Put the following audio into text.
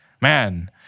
Man